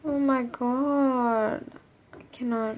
oh my god